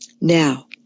now